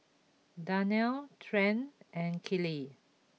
Darnell Trent and Kellie